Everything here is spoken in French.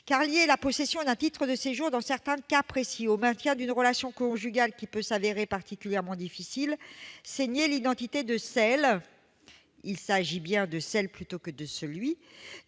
lier la possession d'un titre de séjour, dans certains cas précis, au maintien d'une relation conjugale qui peut s'avérer particulièrement difficile, c'est nier l'identité de celle